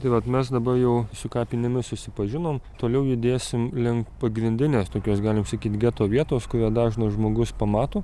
tai vat mes dabar jau su kapinėmis susipažinom toliau judėsim link pagrindinės tokios galim sakyt geto vietos kurį dažnas žmogus pamato